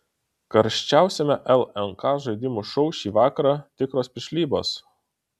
karščiausiame lnk žaidimų šou šį vakarą tikros piršlybos